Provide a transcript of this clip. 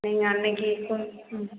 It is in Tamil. நீங்கள் அன்றைக்கி